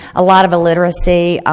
a lot of illiteracy,